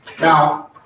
Now